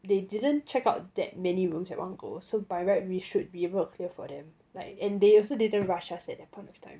they didn't check out that many rooms at one go so by right we should be able to clear for them like and they also didn't rush us at that point of time